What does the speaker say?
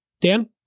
Dan